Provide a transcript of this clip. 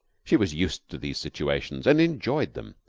she was used to these situations and enjoyed them.